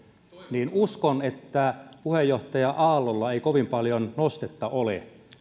niin uskon että puheenjohtaja aallolla ei kovin paljon nostetta ole